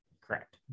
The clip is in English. Correct